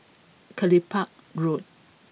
Kelopak Road